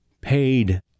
paid